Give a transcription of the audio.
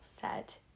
set